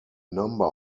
number